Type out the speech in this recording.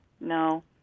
No